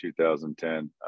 2010